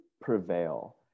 prevail